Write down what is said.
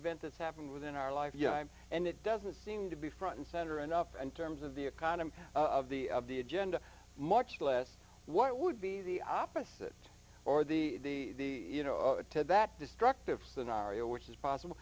event that's happened within our lifetime and it doesn't seem to be front and center enough and terms of the economy of the of the agenda much less what would be the opposite or the you know it to that destructive scenario which is possible